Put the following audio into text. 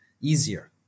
easier